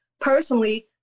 Personally